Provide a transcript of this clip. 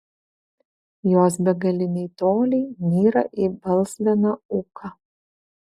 jos begaliniai toliai nyra į balzganą ūką